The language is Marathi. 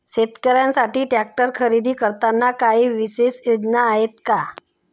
शेतकऱ्यांसाठी ट्रॅक्टर खरेदी करताना काही विशेष योजना आहेत का?